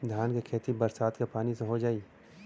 धान के खेती बरसात के पानी से हो जाई?